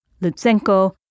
Lutsenko